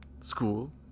School